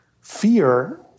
fear